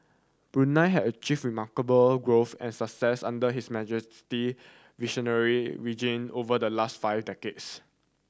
Brunei had achieved remarkable growth and success under His Majesty visionary region over the last five decades